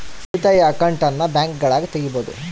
ಉಳಿತಾಯ ಅಕೌಂಟನ್ನ ಬ್ಯಾಂಕ್ಗಳಗ ತೆಗಿಬೊದು